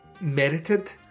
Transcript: merited